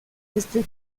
este